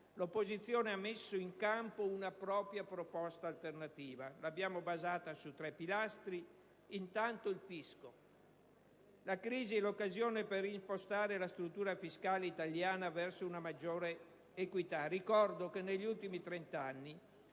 L'opposizione ha messo in campo invece una propria proposta alternativa basata su tre pilastri. Intanto il fisco. La crisi è l'occasione per reimpostare la struttura fiscale italiana verso una maggiore equità. Ricordo che negli ultimi 30 anni